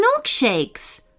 milkshakes